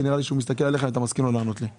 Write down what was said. כי נראה לי שהוא מסתכל עליך אם אתה מסכים לו לענות לי.